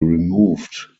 removed